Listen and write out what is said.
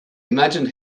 imagined